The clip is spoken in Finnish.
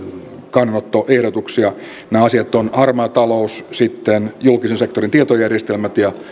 kannanottoehdotuksia nämä asiat ovat harmaa talous sitten julkisen sektorin tietojärjestelmät ja